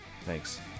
Thanks